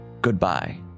Goodbye